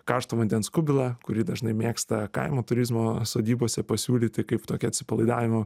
karšto vandens kubilą kurį dažnai mėgsta kaimo turizmo sodybose pasiūlyti kaip tokią atsipalaidavimo